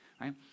right